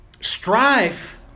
strife